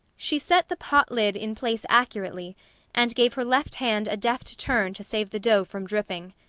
she set the pot lid in place accurately and gave her left hand a deft turn to save the dough from dripping.